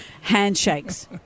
handshakes